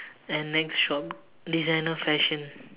and next shop designer fashion